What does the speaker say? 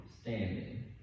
standing